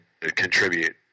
contribute